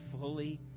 fully